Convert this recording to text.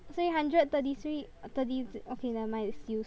say hundred thirty three thirty okay nevermind it's used